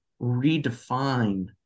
redefine